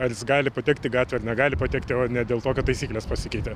ar jis gali patekti į gatvę ar negali patekti o ne dėl to kad taisyklės pasikeitė